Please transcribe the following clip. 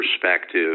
perspective